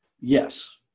yes